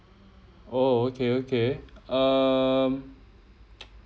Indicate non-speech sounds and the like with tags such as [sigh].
oh okay okay um [noise]